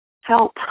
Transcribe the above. Help